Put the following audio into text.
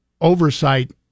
oversight